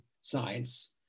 science